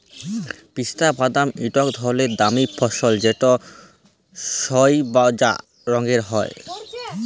পিস্তা বাদাম ইকট ধরলের দামি ফসল যেট সইবজা রঙের হ্যয়